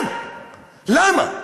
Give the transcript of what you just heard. למה?